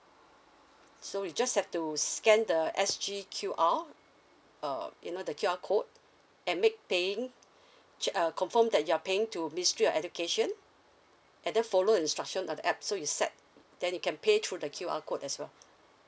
so you just have to scan the S G Q_R uh you know the Q_R code and make paying ch~ uh confirm that you're paying to ministry of education and then follow instruction on the app so you set then you can pay through the Q_R code as well